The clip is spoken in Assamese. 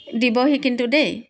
দিবহি কিন্তু দেই